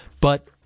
But-